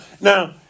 Now